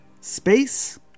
Space